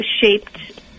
shaped